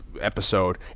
episode